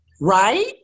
Right